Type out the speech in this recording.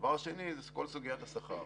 דבר שני, זה כל סוגיית השכר.